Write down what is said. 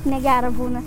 negera būna